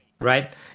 right